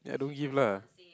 ya don't give lah